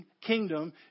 kingdom